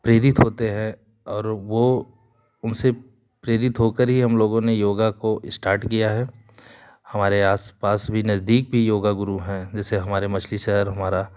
प्रेरित होते हैं और वो उनसे प्रेरित होकर ही हम लोगों ने योगा को इश्टार्ट किया है हमारे आस पास भी नज़दीक भी योगा गुरु हैं जैसे हमारे मछली शहर हमारा